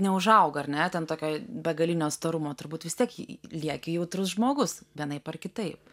neužauga ar ne ten tokio begalinio storumo turbūt vis tiek lieki jautrus žmogus vienaip ar kitaip